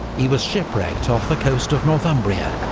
he was shipwrecked off the coast of northumbria.